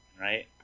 right